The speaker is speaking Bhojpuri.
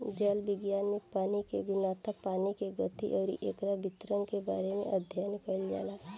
जल विज्ञान में पानी के गुणवत्ता पानी के गति अउरी एकर वितरण के बारे में अध्ययन कईल जाला